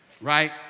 Right